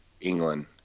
England